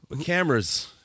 camera's